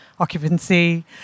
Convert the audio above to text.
occupancy